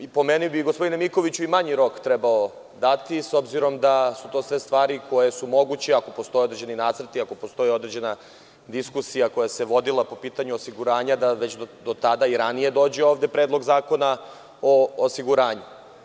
Gospodine Mikoviću, po meni bi i manji rok trebalo dati, s obzirom da su to sve stvari koje su moguće, ako postoje određeni nacrti, ako postoji određena diskusija koja se vodila po pitanju osiguranja, da već do tada, a i ranije dođe ovde predlog zakona o osiguranju.